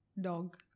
dog